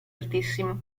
altissimo